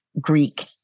Greek